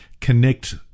connect